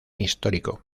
histórico